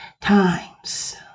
times